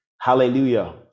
Hallelujah